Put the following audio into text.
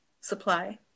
supply